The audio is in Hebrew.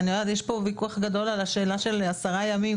יש פה ויכוח גדול על השאלה של 10 ימים.